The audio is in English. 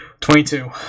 Twenty-two